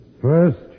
First